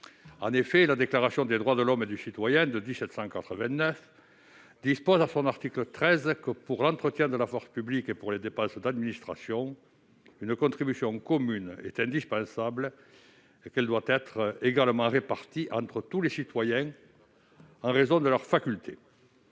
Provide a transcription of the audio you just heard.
13 de la Déclaration des droits de l'homme et du citoyen de 1789 dispose que « Pour l'entretien de la force publique, et pour les dépenses d'administration, une contribution commune est indispensable : elle doit être également répartie entre tous les citoyens, en raison de leurs facultés.